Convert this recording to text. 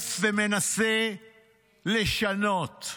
שמבלף ומנסה לשנות.